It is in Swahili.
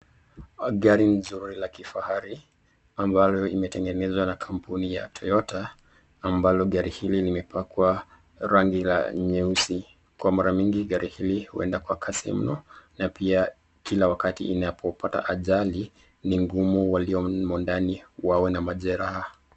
Gari nzuri la kifahari ambalo limetengenezwa na kampuni ya toyota ambalo gari hili limepakwa ragi la nyeusi kwa mara mingi gari hili huenda kwa kasi mno na pia kila wakati inapopata ajali ni ngumu waliomo ndani wawe na majeraha.